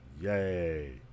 Yay